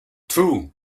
two